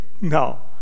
No